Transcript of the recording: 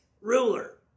ruler